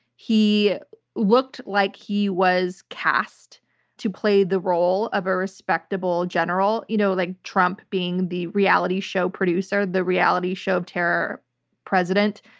he looked like he was cast to play the role of a respectable general. you know like trump, being the reality show producer, the reality show terror president,